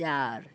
चारि